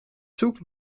zoek